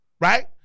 right